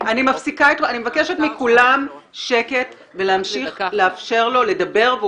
אני מבקשת מכולם שקט ולאפשר לו לדבר.